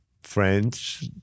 French